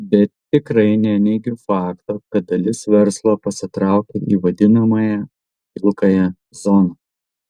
bet tikrai neneigiu fakto kad dalis verslo pasitraukė į vadinamąją pilkąją zoną